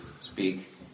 speak